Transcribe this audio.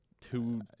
two